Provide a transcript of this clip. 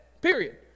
period